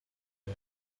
que